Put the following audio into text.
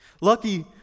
Lucky